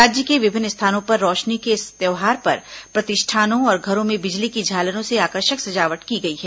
राज्य के विभिन्न स्थानों पर रौशनी के इस त्यौहार पर प्रतिष्ठानों और घरों में बिजली की झालरों से आकर्षक सजावट की गई है